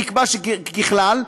נקבע שככלל,